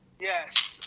Yes